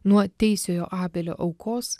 nuo teisiojo abelio aukos